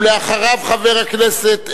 אחריו, חבר הכנסת אלדד.